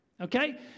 Okay